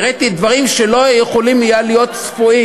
והראיתי דברים שלא היו יכולים להיות צפויים.